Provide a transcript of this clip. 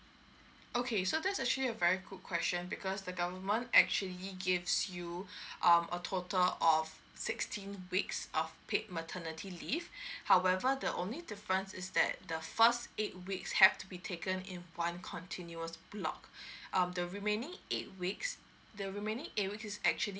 okay so that's actually a very good question because the government actually gives you um a total of sixteen weeks of paid maternity leave however the only difference is that the first eight weeks have to be taken in one continuous block um the remaining eight weeks the remaining eight weeks is actually